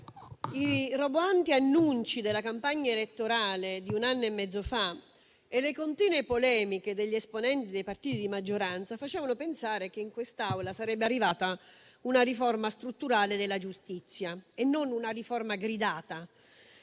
i roboanti annunci della campagna elettorale di un anno e mezzo fa e le continue polemiche degli esponenti dei partiti di maggioranza facevano pensare che in quest'Aula sarebbe arrivata una riforma strutturale della giustizia e non una riforma gridata.